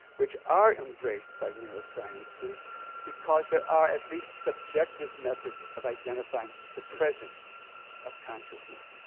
which are embraced by neurosciences because there are at least subjective methods of identifying the presence of consciousness.